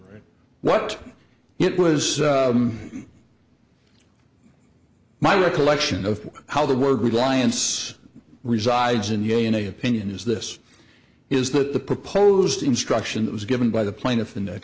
service what it was my recollection of how the word reliance resides in the a in a opinion is this is that the proposed instruction that was given by the plaintiff in that